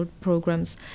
programs